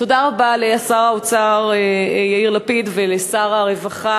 תודה רבה לשר האוצר יאיר לפיד ולשר הרווחה